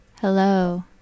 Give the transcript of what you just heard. hello